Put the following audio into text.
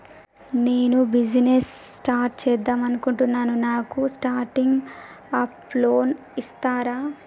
నేను business start చేద్దామనుకుంటున్నాను నాకు స్టార్టింగ్ అప్ లోన్ ఇస్తారా?